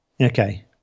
Okay